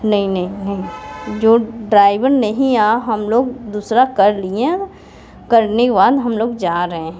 नहीं नहीं नहीं जो ड्राइवर नहीं आया हम लोग दूसरा कर लिएँ अब करने के बाद हम लोग जा रहे हैं